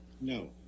no